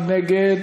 מי נגד?